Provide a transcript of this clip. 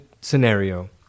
scenario